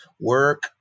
work